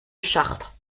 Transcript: chartres